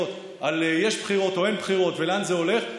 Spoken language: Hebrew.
על יש בחירות או אין בחירות ולאן זה הולך,